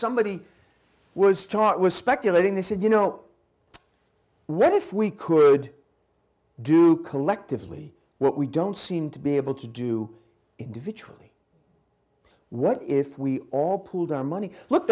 somebody was taught was speculating they said you know what if we could do collectively what we don't seem to be able to do individually what if we all pooled our money look